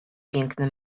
piękny